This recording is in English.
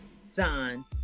son